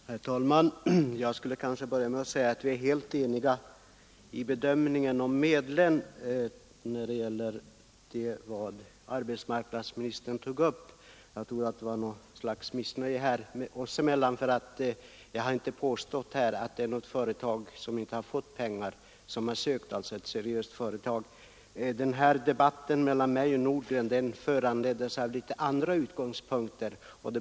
Herr talman! Jag skulle kanske börja med att säga att vi är helt eniga i bedömningen av de medel som arbetsmarknadsministern tog upp. Det måste ha varit ett missförstånd, för jag har inte påstått att något seriöst företag sökt men inte fått pengar. Debatten mellan herr Nordgren och mig föranleddes av andra saker.